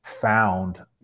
found